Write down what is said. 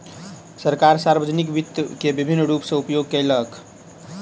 सरकार, सार्वजानिक वित्त के विभिन्न रूप सॅ उपयोग केलक